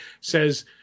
says